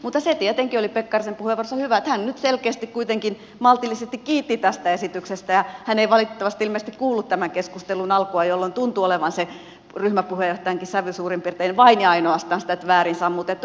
mutta se tietenkin oli pekkarisen puheenvuorossa hyvää että hän nyt selkeästi kuitenkin maltillisesti kiitti tästä esityksestä ja hän ei valitettavasti ilmeisesti kuullut tämän keskustelun alkua jolloin tuntui olevan se ryhmäpuheenjohtajankin sävy suurin piirtein vain ja ainoastaan sitä että väärin sammutettu